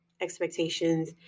expectations